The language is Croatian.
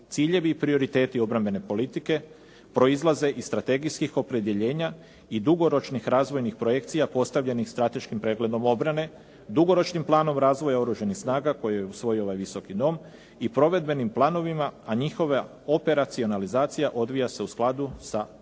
Ciljevi i prioriteti obrambene politike proizlaze iz strategijskih opredjeljenja i dugoročnih razvojnih projekcija postavljenih strateškim pregledom obrane, dugoročnim planom razvoja Oružanih snaga koje je usvojio ovaj Visoki dom i provedbenim planovima, a njihova operacionalizacija odvija se u skladu sa mogućnostima